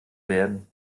werden